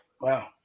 Wow